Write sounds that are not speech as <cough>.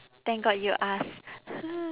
thank god you asked <noise>